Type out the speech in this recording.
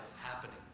happening